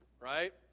right